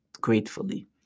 gratefully